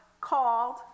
called